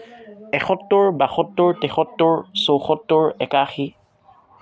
এসত্তৰ বাসত্তৰ তেসত্তৰ চৌসত্তৰ একাশী